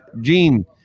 gene